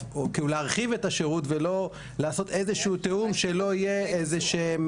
להרחיב את השירות ולעשות תיאום מסוים שלא תהיה התנגשות,